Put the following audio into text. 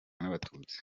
n’abatutsi